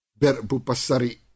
berbupasari